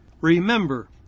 Remember